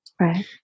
Right